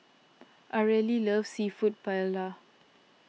Areli loves Seafood Paella